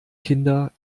kinder